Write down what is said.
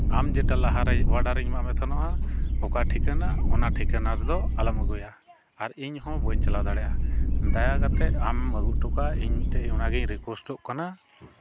ᱟᱢ ᱡᱮᱴᱟ ᱞᱟᱦᱟ ᱨᱮ ᱚᱰᱟᱨᱤᱧ ᱮᱢᱟᱫ ᱢᱮ ᱛᱟᱦᱮᱱᱟ ᱚᱠᱟ ᱴᱷᱤᱠᱟᱹᱱᱟ ᱚᱱᱟ ᱴᱷᱤᱠᱟᱹᱱᱟ ᱨᱮᱫᱚ ᱟᱞᱚᱢ ᱟᱹᱜᱩᱭᱟ ᱟᱨ ᱤᱧᱦᱚᱸ ᱵᱟᱹᱧ ᱪᱟᱞᱟᱣ ᱫᱟᱲᱮᱭᱟᱜᱼᱟ ᱫᱟᱭᱟ ᱠᱟᱛᱮᱫ ᱟᱢ ᱟᱹᱜᱩ ᱦᱚᱴᱚ ᱠᱟᱜᱼᱟ ᱤᱧ ᱢᱤᱫᱴᱮᱡ ᱚᱱᱟᱜᱤᱧ ᱨᱮᱠᱩᱭᱮᱥᱴᱚᱜ ᱠᱟᱱᱟ